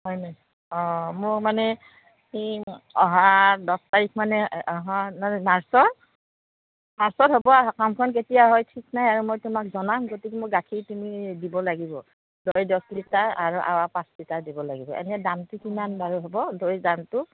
হয় নেকি অঁ মোৰ মানে এই অহা দহ তাৰিখ মানে অহা মানে মাৰ্চৰ মাৰ্চত হ'ব আৰু সকামখন কেতিয়া হয় ঠিক নাই আৰু মই তোমাক জনাম গতিকে মোৰ গাখীৰ তুমি দিব লাগিব দৈ দহ লিটাৰ আৰু এঁৱা পাঁচ লিটাৰ দিব লাগিব এনে দামটো কিমান বাৰু হ'ব দৈ দামটো